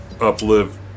uplift